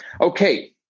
Okay